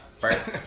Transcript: First